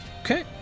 Okay